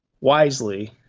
wisely